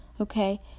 Okay